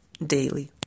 daily